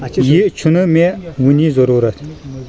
یہِ چھنہٕ مےٚ وٕنہِ ضروٗرت